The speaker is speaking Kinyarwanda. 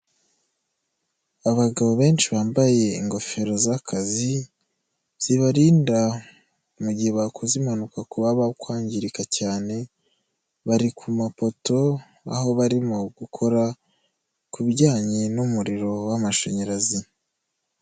Abagabo benshi bambaye ingofero z'akazi zibarinda mu gihe bakoze impanuka kuba bakwangirika cyane bari ku mapoto aho barimo gukora ku bijyanye n'umuriro w'amashanyarazi.